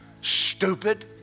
stupid